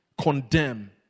condemn